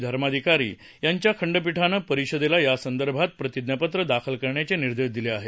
धर्माधिकारी यांच्या खंडपीठानं परिषदेला यासंदर्भात प्रतिज्ञापत्र दाखल करायचे निर्देश दिले आहेत